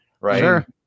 Right